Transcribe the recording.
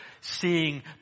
seeing